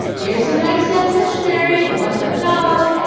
here's a nice young missionary, in want of a job!